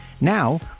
Now